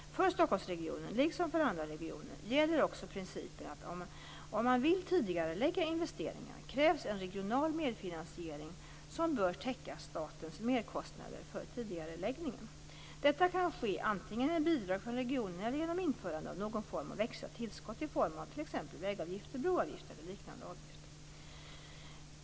För Stockholmsregionen, liksom för andra regioner, gäller också principen att om man vill tidigarelägga investeringar krävs en regional medfinansiering som bör täcka statens merkostnader för tidigareläggningen. Detta kan ske antingen med bidrag från regionen eller genom införandet av någon form av extra tillskott i form av t.ex. vägavgift, broavgift eller liknande avgift.